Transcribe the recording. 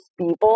people